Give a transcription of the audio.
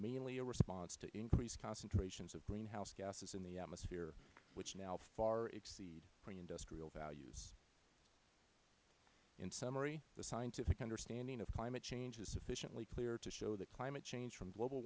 mainly a response to increased concentrations of greenhouse gases in the atmosphere which now far exceed pre industrial values in summary the scientific understanding of climate change is sufficiently clear to show that climate change from global